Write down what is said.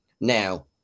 Now